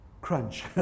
crunch